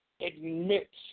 admits